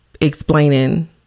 explaining